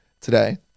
today